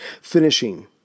finishing